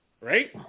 Right